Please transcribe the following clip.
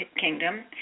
kingdom